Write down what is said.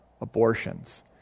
abortions